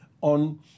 on